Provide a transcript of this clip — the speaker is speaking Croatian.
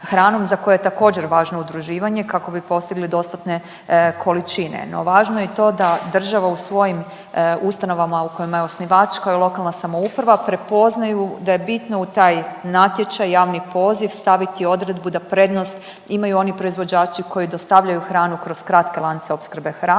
za koje je također važno udruživanje kako bi postigli dostatne količine. No, važno je i to da država u svojim ustanovama u kojima je osnivač kao i lokalna samouprava prepoznaju da je bitno u taj natječaj, javni poziv staviti odredbu da prednost imaju oni proizvođači koji dostavljaju hranu kroz kratke lance opskrbe hranom